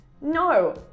no